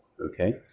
okay